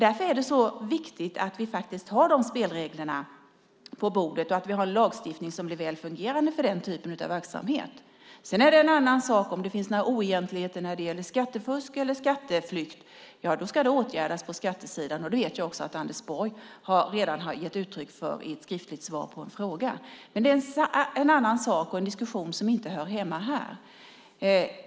Därför är det så viktigt att vi får spelreglerna på bordet och att det finns en väl fungerande lagstiftning för den typen av verksamhet. Sedan är det en annan sak om det finns oegentligheter när det gäller skattefusk eller skatteflykt. De ska åtgärdas på skattesidan, och jag vet att Anders Borg har gett uttryck för det i ett skriftligt svar på en fråga. Det är en diskussion som inte hör hemma här.